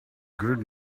good